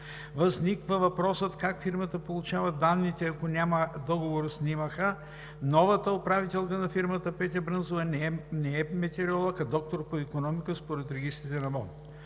Възниква въпросът как фирмата получава данните, ако няма договор с НИМХ? Новата управителка на фирмата Петя Брънзова не е метеоролог, а доктор по икономика, според регистрите на НОИ.